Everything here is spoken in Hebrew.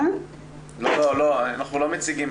לא, אנחנו לא מציגים